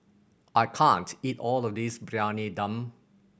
I can't eat all of this Briyani Dum